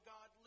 God